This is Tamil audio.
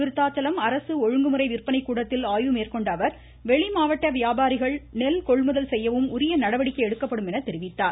விருத்தாசலம் அரசு ஒழுங்குமுறை விற்பனைக் கூடத்தில் ஆய்வு மேற்கொண்ட அவர் வெளி மாவட்ட வியாபாரிகள் நெல் கொள்முதல் செய்யவும் உரிய நடவடிக்கை எடுக்கப்படும் என்றார்